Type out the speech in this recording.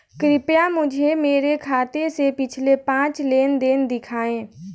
कृपया मुझे मेरे खाते से पिछले पाँच लेन देन दिखाएं